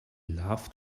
loved